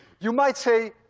you might say,